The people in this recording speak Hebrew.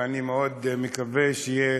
שאני מאוד מקווה שיהיה